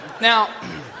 Now